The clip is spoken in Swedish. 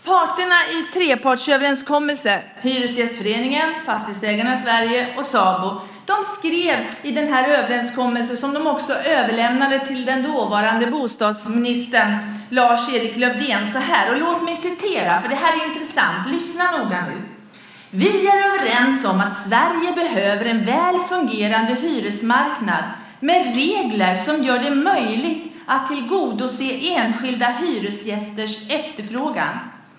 Parterna i trepartsöverenskommelsen, Hyresgästföreningen, Fastighetsägarna Sverige och SABO, skrev i den överenskommelse som de också överlämnade till den dåvarande bostadsministern Lars-Erik Lövdén det som jag ska citera här. Det här är intressant, så lyssna noga nu! "Vi är överens om att Sverige behöver en väl fungerande hyresmarknad med regler som gör det möjligt att tillgodose enskilda hyresgästers efterfrågan.